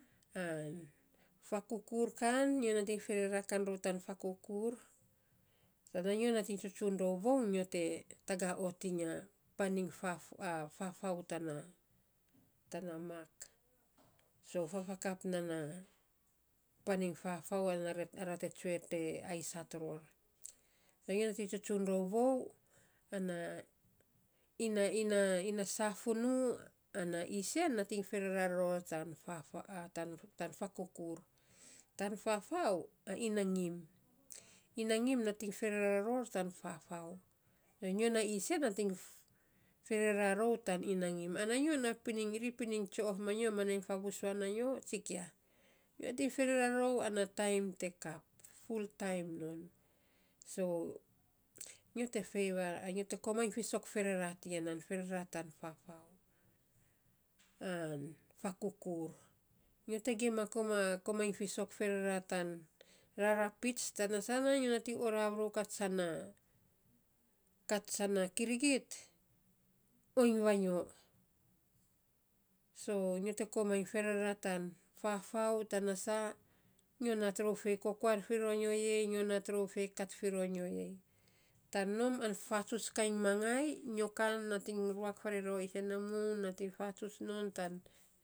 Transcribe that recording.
An fakukur kan, nyo nating ferera kan rou tan fakukur, ana nyo nating tsutsun rou vou, nyo te tagaa ot iny a pan iny fafou tana tana mak. So fafakap nan na pan iny fafau ana ra te tsue te asait ror. So nyo nating tsutsun rou vou, ana inaina inaina safunu ana isen nating ferera ror tan fafou a tan. tan fakukur. Tan fafau a ina ngim, ina ngim nating ferera ron tan fafau. Nyo sa isen nating ferera fou tan ia ngim. Ana nyo na pinin, ri pinin tsue of manyo ma nai favusuan na nyo, tsikia. Nyo nating ferera rou ana taim te kap, ful taim non. So nyo te feiva, nyo te komainy fiisok ferera tiya nan, ferera tan fafou, an fakukur. Nyo te gima komainy fiisok ferera tan rarapits, tana sana, nyo nating oraav rou kat sana kat sana kirigit oin vanyo. So nyo te komainy ferera tan fafou tana sa, nyo nat rou fei kat fi ro nyo ei. tan nom an fatsuts kainy mangai. Nyo kan nating ruak faarei rou a isen na moun nating fatsuts non tan.